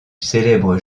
célèbre